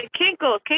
kinkle